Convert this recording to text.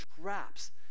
traps